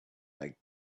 like